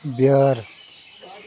بیٲر